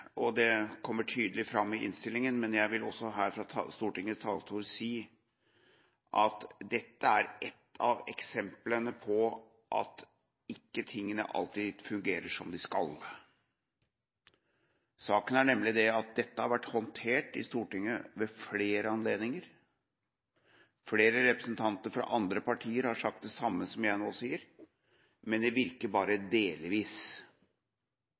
utstyr. Det kommer tydelig fram i innstillingen, men jeg vil også fra Stortingets talerstol si at dette er et av eksemplene på at tingene ikke alltid fungerer som de skal. Saken er nemlig at dette har vært håndtert i Stortinget ved flere anledninger – flere representanter fra andre partier har sagt det samme som jeg nå sier, men det virker bare delvis.